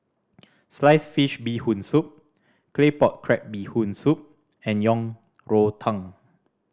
sliced fish Bee Hoon Soup Claypot Crab Bee Hoon Soup and Yang Rou Tang